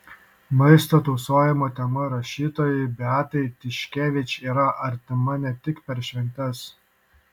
maisto tausojimo tema rašytojai beatai tiškevič yra artima ne tik per šventes